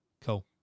Cool